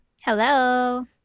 hello